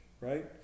right